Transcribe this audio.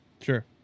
Sure